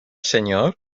señor